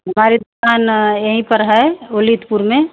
हमारी दुकान यहीं पर है ओलिदपुर में